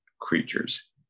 creatures